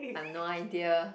I have no idea